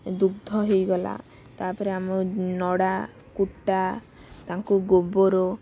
ଦୁଗ୍ଧ ହେଇଗଲା ତା'ପରେ ଆମ ନଡ଼ା କୁଟା ତାଙ୍କୁ ଗୋବର